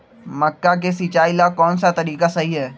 मक्का के सिचाई ला कौन सा तरीका सही है?